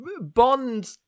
bond